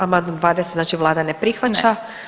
Amandman 20 znači Vlada ne prihvaća.